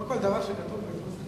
לא כל דבר שכתוב בעיתון נכון.